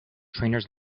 trainers